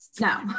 no